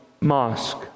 mosque